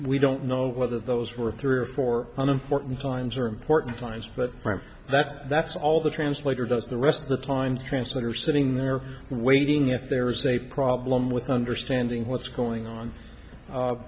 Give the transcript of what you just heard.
we don't know whether those were three or four on important times are important lines but that that's all the translator does the rest of the time translators sitting there waiting if there is a problem with understanding what's going on